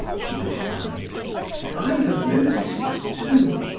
she replied i have noticed it too.